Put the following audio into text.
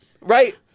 Right